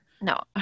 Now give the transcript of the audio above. No